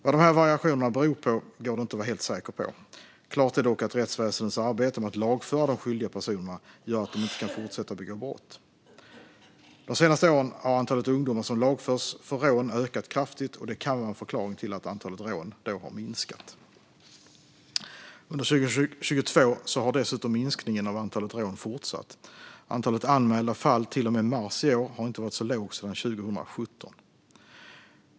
Vad dessa variationer beror på går det inte att vara helt säker på. Klart är dock att rättsväsendets arbete med att lagföra de skyldiga personerna gör att de inte kan fortsätta att begå brott. De senaste åren har antalet ungdomar som lagförs för rån ökat kraftigt, och det kan vara en förklaring till att antalet rån då har minskat. Under 2022 har dessutom minskningen av antalet rån fortsatt. Antalet anmälda fall till och med mars i år har inte varit så lågt sedan 2017.